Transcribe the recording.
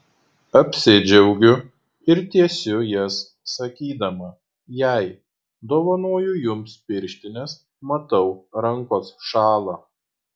apsidžiaugiu ir tiesiu jas sakydama jai dovanoju jums pirštines matau rankos šąla